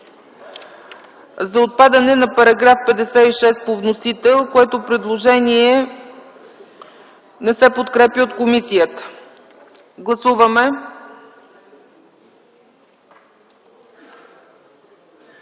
за отпадане на § 56 по вносител, които предложения не се подкрепят от комисията. Гласували